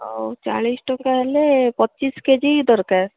ହଉ ଚାଳିଶ ଟଙ୍କା ହେଲେ ପଚିଶ କେ ଜି ଦରକାର